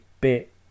bit